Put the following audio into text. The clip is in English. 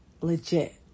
legit